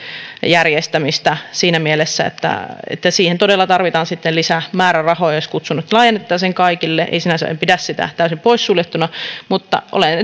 järjestämistä siinä mielessä että että siihen todella tarvitaan sitten lisää määrärahoja jos kutsunnat laajennettaisiin kaikille sinänsä en pidä sitä täysin poissuljettuna mutta olen